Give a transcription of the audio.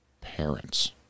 parents